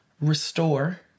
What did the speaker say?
restore